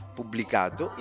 pubblicato